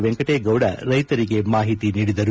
ವೆಂಕಟೇಗೌಡ ರೈತರಿಗೆ ಮಾಹಿತಿ ನೀಡಿದರು